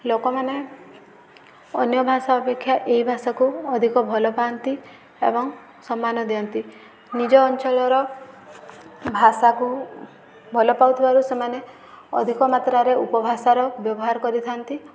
ଲୋକମାନେ ଅନ୍ୟ ଭାଷା ଅପେକ୍ଷା ଏଇ ଭାଷାକୁ ଅଧିକ ଭଲ ପାଆନ୍ତି ଏବଂ ସମ୍ମାନ ଦିଅନ୍ତି ନିଜ ଅଞ୍ଚଳର ଭାଷାକୁ ଭଲ ପାଉଥିବାରୁ ସେମାନେ ଅଧିକ ମାତ୍ରାରେ ଉପଭାଷାର ବ୍ୟବହାର କରିଥାନ୍ତି